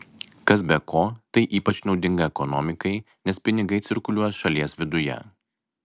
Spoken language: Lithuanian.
kas be ko tai ypač naudinga ekonomikai nes pinigai cirkuliuos šalies viduje